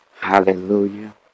hallelujah